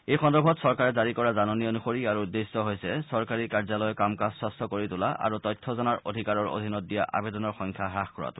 এই সন্দৰ্ভত চৰকাৰে জাৰি কৰা জাননী অনুসৰি ইয়াৰ উদ্দেশ্য হৈছে চৰকাৰী কাৰ্যালয়ৰ কাম কাজ স্বছ্ছ কৰি তোলা আৰু তথ্য জনাৰ অধিকাৰৰ অধীনত দিয়া আৱেদনৰ সংখ্যা হাস কৰাটো